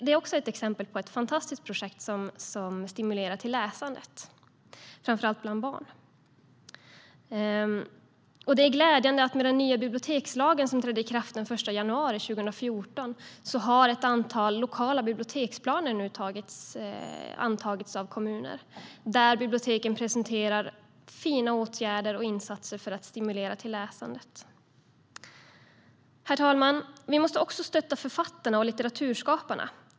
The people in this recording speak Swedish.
Det är också ett exempel på ett fantastiskt projekt som stimulerar till läsande, framför allt bland barn. Det är glädjande att i och med den nya bibliotekslagen som trädde i kraft den 1 januari 2014 har ett antal lokala biblioteksplaner nu antagits av kommuner. Där presenterar biblioteken fina åtgärder och insatser för att stimulera till läsande. Herr talman! Vi måste också stötta författarna och litteraturskaparna.